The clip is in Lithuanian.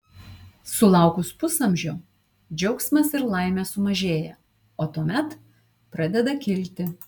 sulaukus pusamžio džiaugsmas ir laimė sumažėja o tuomet pradeda kilti